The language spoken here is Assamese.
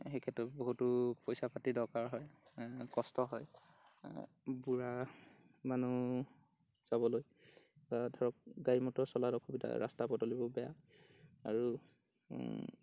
সেইক্ষেত্ৰত বহুতো পইচা পাতিৰ দৰকাৰ হয় কষ্ট হয় বুঢ়া মানুহ যাবলৈ ধৰক গাড়ী মটৰ চলাত অসুবিধা ৰাস্তা পদূলিবোৰ বেয়া আৰু